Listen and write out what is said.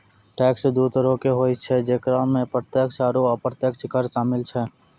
tax दु तरहो के होय छै जेकरा मे प्रत्यक्ष आरू अप्रत्यक्ष कर शामिल छै